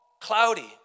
cloudy